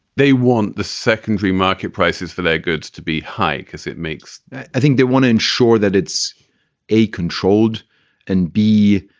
they want the secondary market prices for their goods to be high because it makes i think they want to ensure that it's a controlled and b,